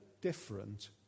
different